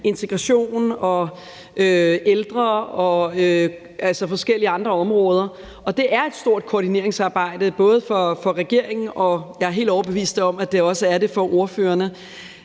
integrations- og ældreområderne og forskellige andre områder. Det er et stort koordineringsarbejde for regeringen, og jeg er helt overbevist om, at det også er det for ordførerne.